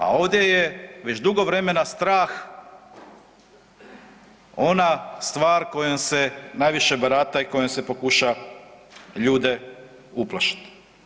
A ovdje je već dugo vremena strah ona stvar s kojom se najviše barata i s kojom se pokuša ljude uplašiti.